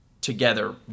together